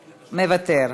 מוותר,